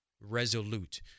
resolute